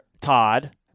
Todd